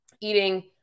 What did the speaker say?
eating